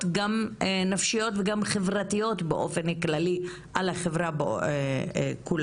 גם נפשיות וגם חברתיות באופן כללי על החברה כולה.